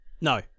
No